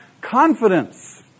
confidence